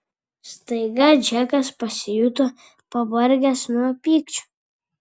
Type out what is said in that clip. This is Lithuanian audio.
staiga džekas pasijuto pavargęs nuo pykčio